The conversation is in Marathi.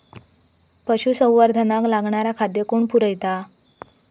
पशुसंवर्धनाक लागणारा खादय कोण पुरयता?